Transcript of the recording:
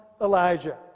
Elijah